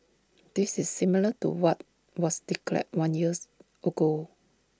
this is similar to what was declared one years ago